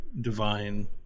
divine